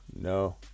No